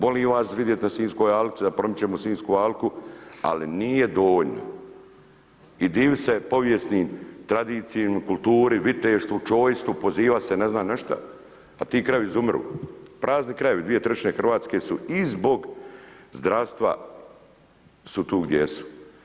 Volim vas vidjeti na Sinjskoj alki da promičemo Sinjsku alku ali nije dovoljno i diviti se povijesnim tradicijama, kulturi, viteštvu, čojstvu, pozivati se ne znam na nešto a ti krajevi izumiru, prazni krajevi, dvije trećine Hrvatske su i zbog zdravstva su tu gdje jesu.